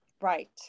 right